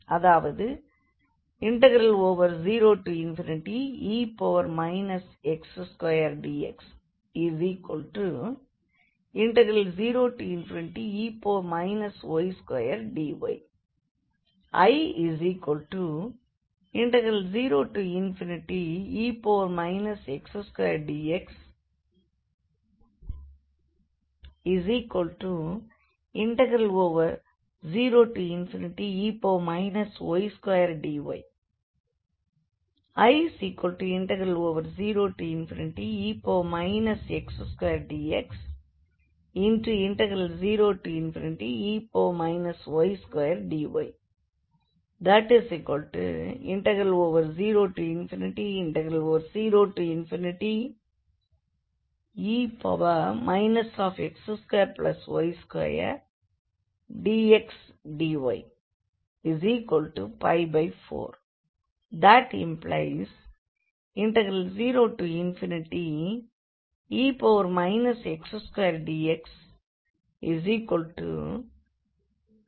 அதாவது 0e x2dx0e y2dy I0e x2dx0e y2dy I0e x2dx0e y2dy 00e x2y2dxdy 4 ⟹0e x2dx2 என எழுதலாம்